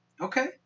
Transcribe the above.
Okay